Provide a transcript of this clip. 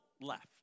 left